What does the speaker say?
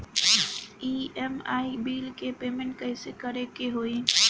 EMI bill के payment कइसे करे के होई?